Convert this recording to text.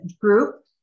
group